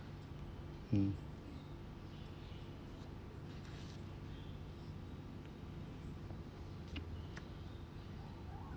mm